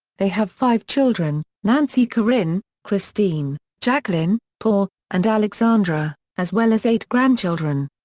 they have five children nancy corinne, christine, jacqueline, paul, and alexandra, as well as eight grandchildren.